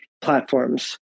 platforms